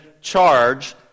charge